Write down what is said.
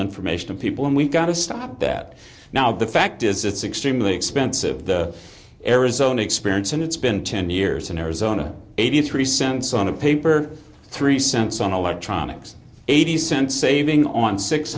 information of people and we've got to stop that now the fact is it's extremely expensive the arizona experience and it's been ten years in arizona eighty three cents on a paper three cents on electronics eighty cents saving on six